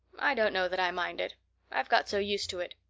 i don't know that i mind it i've got so used to it.